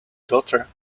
daughter